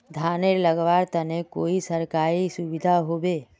धानेर लगवार तने कोई सरकारी सुविधा होबे?